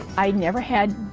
i'd never had.